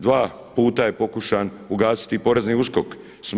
Dva puta je pokušan ugasiti Porezni USKOK.